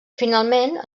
finalment